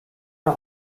man